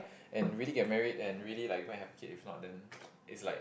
and really get married and really like go and have kid if not then it's like